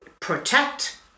protect